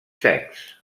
secs